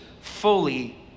fully